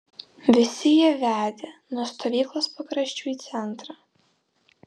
visi jie vedė nuo stovyklos pakraščių į centrą